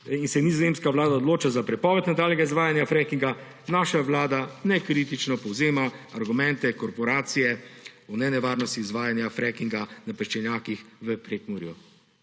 se je nizozemska vlada odločila za prepoved nadaljnjega izvajanja frackinga, naša vlada nekritično povzema argumente korporacije o nenevarnosti izvajanja frackinga na peščenjakih v Prekmurju.